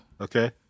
Okay